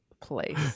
place